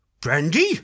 Brandy